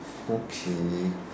okay